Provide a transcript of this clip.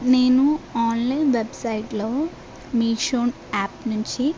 నేను ఆన్లైన్ వెబ్సైట్లో మీషో యాప్ నుంచి